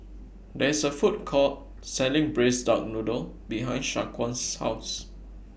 There IS A Food Court Selling Braised Duck Noodle behind Shaquan's House